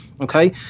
okay